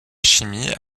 chimie